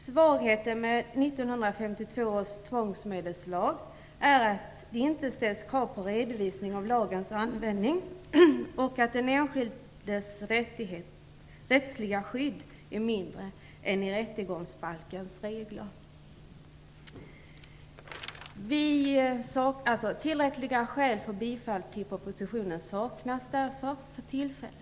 Svagheten med 1952 års tvångsmedelslag är att det inte ställs krav på redovisning av lagens användning och att den enskildes rättsliga skydd är mindre än i rättegångsbalkens regler. Tillräckliga skäl för bifall till propositionen saknas därför för tillfället.